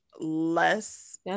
less